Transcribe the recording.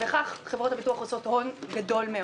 וכך חברות הביטוח עושות הון גדול מאוד.